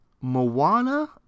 Moana